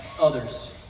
others